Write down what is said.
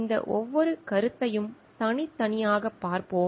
இந்த ஒவ்வொரு கருத்தையும் தனித்தனியாகப் பார்ப்போம்